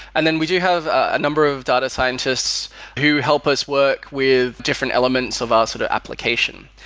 and then we do have a number of data scientists who help us work with different elements of our sort of application.